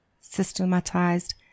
systematized